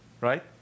right